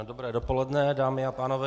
Dobré dopoledne, dámy a pánové.